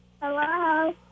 Hello